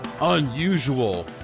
unusual